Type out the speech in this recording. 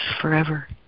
forever